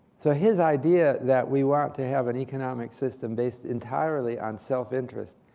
so his idea that we want to have an economic system based entirely on self-interest,